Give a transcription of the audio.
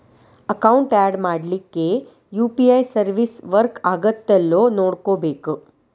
account add ಮಾಡ್ಲಿಕ್ಕೆ UPI service work ಆಗತ್ತೇಲ್ಲೋ ನೋಡ್ಕೋಬೇಕ್